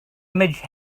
image